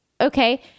Okay